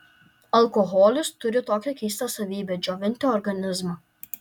alkoholis turi tokią keistą savybę džiovinti organizmą